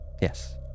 Yes